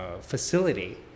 facility